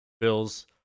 bills